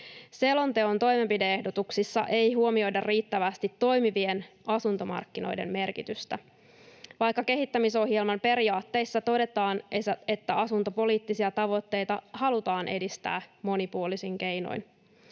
Selonteon toimenpide-ehdotuksissa ei huomioida riittävästi toimivien asuntomarkkinoiden merkitystä, vaikka kehittämisohjelman periaatteissa todetaan, että asuntopoliittisia tavoitteita halutaan edistää monipuolisin keinoin.